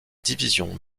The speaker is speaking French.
division